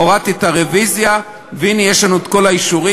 הורדתי את הרוויזיה, והנה יש לנו כל האישורים.